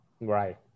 right